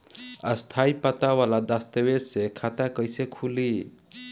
स्थायी पता वाला दस्तावेज़ से खाता कैसे खुली?